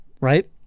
right